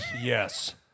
Yes